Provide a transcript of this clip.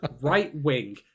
right-wing